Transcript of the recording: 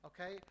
okay